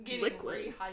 liquid